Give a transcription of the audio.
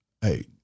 hey